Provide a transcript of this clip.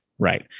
right